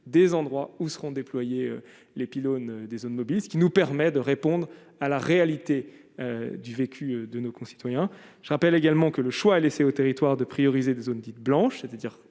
des endroits où seront déployés les pylônes des automobilistes qui nous permet de répondre à la réalité du vécu de nos concitoyens, je rappelle également que le choix est laissé aux territoires de prioriser des zones dites blanches, c'est-à-dire